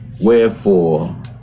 wherefore